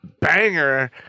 banger